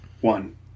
one